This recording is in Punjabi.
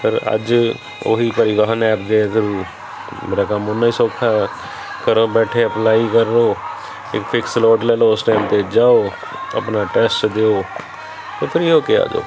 ਪਰ ਅੱਜ ਉਹ ਹੀ ਪਰਿਵਾਹਨ ਐਪ ਦੇ ਥਰੂ ਬੜਾ ਕੰਮ ਉੰਨਾ ਹੀ ਸੌਖਾ ਹੈ ਘਰੋਂ ਬੈਠੇ ਅਪਲਾਈ ਕਰੋ ਇੱਕ ਫਿਕਸ ਸਲੋਟ ਲੈ ਲਓ ਉਸ ਟਾਈਮ 'ਤੇ ਜਾਓ ਆਪਣਾ ਟੈਸਟ ਦਿਓ ਤਾਂ ਫਰੀ ਹੋ ਕੇ ਆ ਜਾਓ